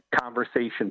conversation